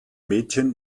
mädchen